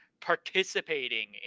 participating